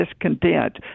discontent